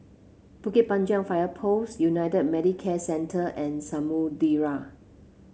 Bukit Panjang Fire Post United Medicare Centre and Samudera